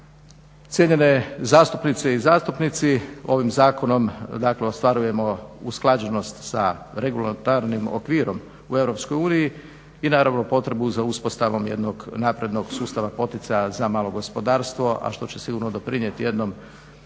Cijenjene zastupnice i zastupnici ovim zakonom dakle ostvarujemo usklađenost sa regulatornim okvirom u EU i naravno potrebu za uspostavom jednog naprednog sustava poticaja za malo gospodarstvo, a što će sigurno doprinijet jednom